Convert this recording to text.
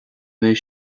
mbeidh